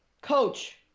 coach